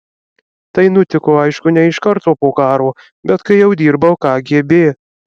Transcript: tai nutiko aišku ne iš karto po karo bet kai jau dirbau kgb